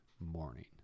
morning